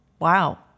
Wow